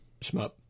shmup